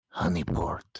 Honeyport